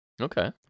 Okay